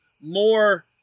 more